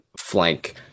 flank